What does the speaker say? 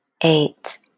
eight